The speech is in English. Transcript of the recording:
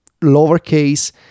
lowercase